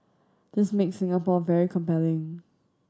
this makes Singapore very compelling